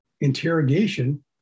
interrogation